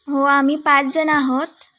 हो आम्ही पाचजणं आहोत